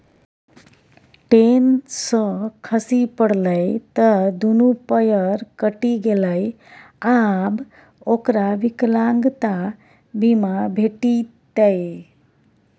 ten सँ खसि पड़लै त दुनू पयर कटि गेलै आब ओकरा विकलांगता बीमा भेटितै